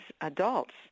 adults